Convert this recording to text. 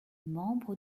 membre